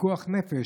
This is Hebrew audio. ופיקוח נפש,